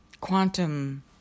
quantum